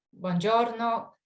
buongiorno